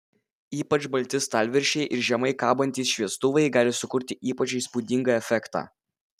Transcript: ypač balti stalviršiai ir žemai kabantys šviestuvai gali sukurti ypač įspūdingą efektą